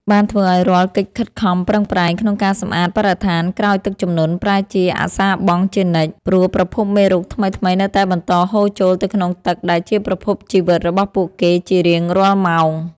បានធ្វើឱ្យរាល់កិច្ចខិតខំប្រឹងប្រែងក្នុងការសម្អាតបរិស្ថានក្រោយទឹកជំនន់ប្រែជាអសារបង់ជានិច្ច ព្រោះប្រភពមេរោគថ្មីៗនៅតែបន្តហូរចូលទៅក្នុងទឹកដែលជាប្រភពជីវិតរបស់ពួកគេជារៀងរាល់ម៉ោង។